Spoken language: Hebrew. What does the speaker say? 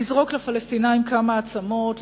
לזרוק לפלסטינים כמה עצמות,